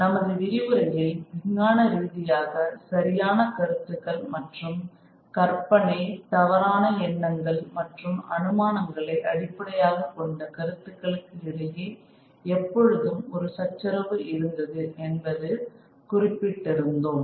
நமது விரிவுரையில் விஞ்ஞானரீதியாக சரியான கருத்துகள் மற்றும் கற்பனை தவறான எண்ணங்கள் மற்றும் அனுமானங்களை அடிப்படையாக கொண்ட கருத்துக்களுக்கு இடையே எப்பொழுதும் ஒரு சச்சரவு இருந்தது என்பது குறிப்பிட்டிருந்தோம்